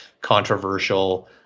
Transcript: controversial